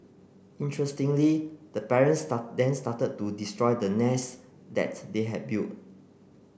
interestingly the parents start then started to destroy the nest that they had built